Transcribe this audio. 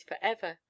forever